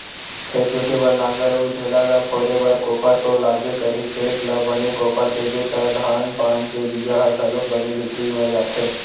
खेत जोते बर नांगर अउ ढ़ेला ल फोरे बर कोपर तो लागबे करही, खेत ल बने कोपर देबे त धान पान के बीजा ह घलोक बने भीतरी म जाथे